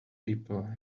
people